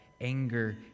anger